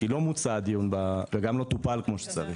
הנושא הזה לא מוצה וגם לא טופל כמו שצריך.